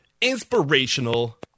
inspirational